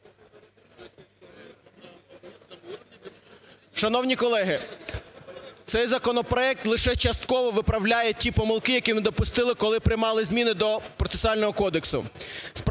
Шановні колеги, цей законопроект лише частково виправляє ті помилки, які ми допустили коли приймали зміни до Процесуального кодексу.